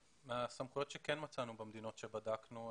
מהסמכויות שכן מצאנו במדינות שבדקנו,